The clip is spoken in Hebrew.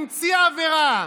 המציא עבירה,